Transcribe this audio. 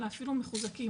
אלא אפילו מחוזקים,